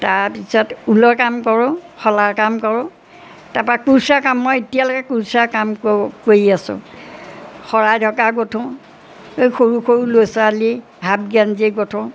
তাৰপিছত ঊলৰ কাম কৰোঁ শলাৰ কাম কৰোঁ তাৰপৰা কুৰ্চা কাম মই এতিয়ালৈকে কুৰ্চা কাম কৰি আছোঁ শৰাই ঢকা গোঠোঁ এই সৰু সৰু ল'ৰা ছোৱালী হাফ গেজ্ঞি গোঠোঁ